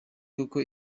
koko